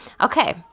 Okay